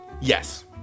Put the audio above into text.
Yes